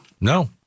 no